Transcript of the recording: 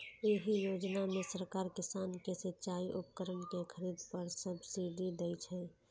एहि योजना मे सरकार किसान कें सिचाइ उपकरण के खरीद पर सब्सिडी दै छै